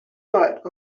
night